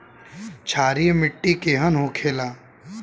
क्षारीय मिट्टी केहन होखेला?